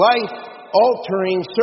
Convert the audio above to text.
life-altering